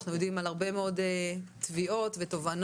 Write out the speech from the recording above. אנחנו יודעים על הרבה מאוד תביעות ותובענות